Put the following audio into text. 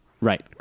Right